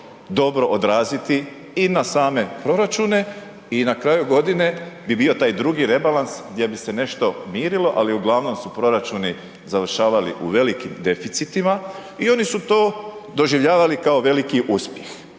dobro odraziti i na same proračune i na kraju godine bi bio taj drugi rebalans gdje bi se nešto mirilo, ali uglavnom su proračuni završavali u velikim deficitima i oni su to doživljavali kao veliki uspjeh.